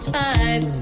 time